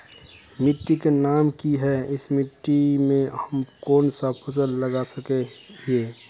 मिट्टी के नाम की है इस मिट्टी में हम कोन सा फसल लगा सके हिय?